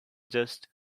just